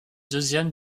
deuxième